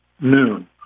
noon